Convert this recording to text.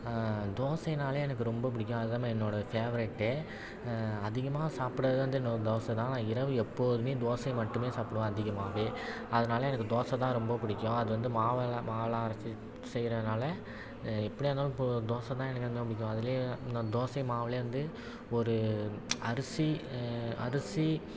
தோசையினாலே எனக்கு ரொம்ப பிடிக்கும் அதுதாம்மா என்னோடய ஃபேவரட் அதிகமாக சாப்பிட்றது வந்து நான் தோசைதான் நான் இரவு எப்போதுமே தோசை மட்டுமே சாப்பிடுவேன் அதிகமாவே அதனால் எனக்கு தோசைதான் ரொம்ப பிடிக்கும் அது வந்து மாவெல்லாம் மாவெல்லாம் அரைச்சி செய்யிறதுனால எப்படியாக இருந்தாலும் ப தோசைதான் எனக்கு ரொம்ப பிடிக்கும் அதுலேயே இந்த தோசை மாவிலேயே வந்து ஒரு அரிசி அரிசி